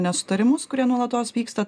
nesutarimus kurie nuolatos vyksta